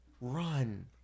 Run